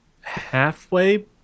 halfway